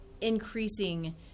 increasing